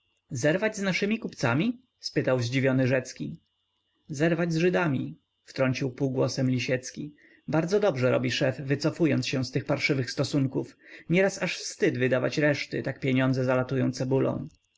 zerwać z naszymi kupcami spytał zdziwiony rzecki zerwać z żydami wtrącił półgłosem lisiecki bardzo dobrze robi szef wycofując się z tych parszywych stosunków nieraz aż wstyd wydawać reszty tak pieniądze zalatują cebulą